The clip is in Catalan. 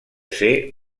ser